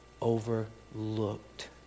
overlooked